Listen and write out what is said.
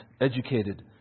educated